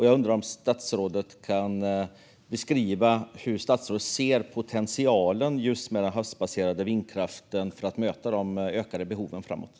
Jag undrar om statsrådet kan beskriva vilken potential han ser i havsbaserad vindkraft för att möta de ökade behoven framöver.